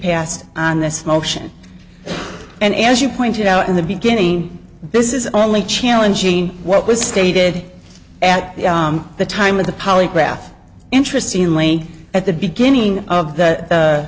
passed on this motion and as you pointed out in the beginning this is only challenging what was stated at the time of the polygraph interesting only at the beginning of the